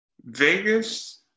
Vegas